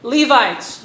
Levites